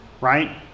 right